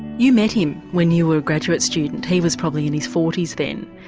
you met him when you were a graduate student, he was probably in his forty s then,